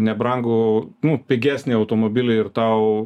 nebrangų nu pigesnį automobilį ir tau